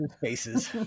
faces